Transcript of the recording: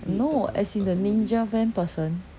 no as in the ninja van person